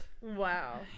Wow